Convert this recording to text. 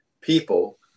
people